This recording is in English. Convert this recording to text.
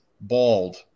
bald